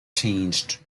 changed